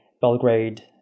Belgrade